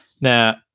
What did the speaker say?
Now